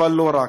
אבל לא רק.